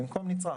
במקום "נצרך",